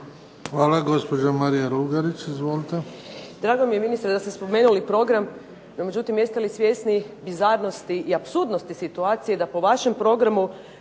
Hvala. Gospođa Marija Lugarić, izvolite.